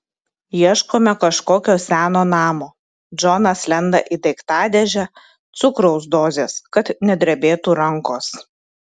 ieškome kažkokio seno namo džonas lenda į daiktadėžę cukraus dozės kad nedrebėtų rankos